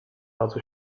razu